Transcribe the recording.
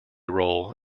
role